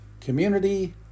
community